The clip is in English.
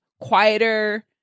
quieter